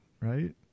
right